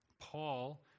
Paul